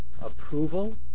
approval